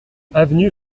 avenue